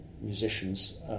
musicians